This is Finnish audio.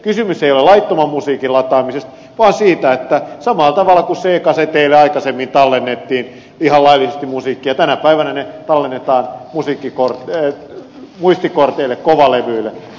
kysymys ei ole laittoman musiikin lataamisesta vaan siitä että samalla tavalla kuin c kaseteille aikaisemmin tallennettiin ihan laillisesti musiikkia tänä päivänä ne tallennetaan muistikorteille kovalevyille